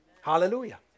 Hallelujah